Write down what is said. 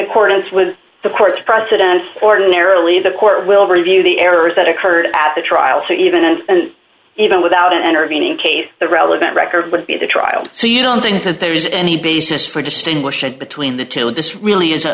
accordance with the court's precedents ordinarily the court will review the errors that occurred at the trial so even and even without intervening case the relevant record would be the trial so you don't think that there is any basis for distinguishing between the two and this really is